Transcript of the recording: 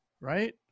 Right